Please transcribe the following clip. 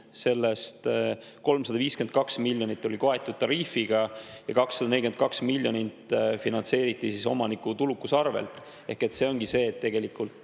sellest 352 miljonit oli kaetud tariifi[tasuga] ja 242 miljonit finantseeriti omaniku tulukuse arvelt. See ongi see, et tegelikult